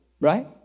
right